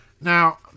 now